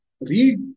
read